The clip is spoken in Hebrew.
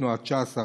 תנועת ש"ס,